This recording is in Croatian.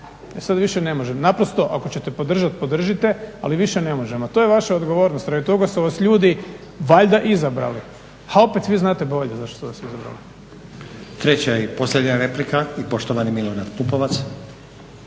sad više ne možemo. Naprosto ako ćete podržati podržite ali više ne možemo, to je vaša odgovornost, radi toga su vas ljudi valjda izabrali. A opet vi znate bolje zašto su vas izabrali. **Stazić, Nenad (SDP)** Treća i posljednja replika i poštovani Milorad Pupovac.